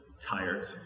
tired